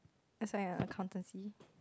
S_I_M Accountancy